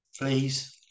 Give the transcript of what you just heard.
Please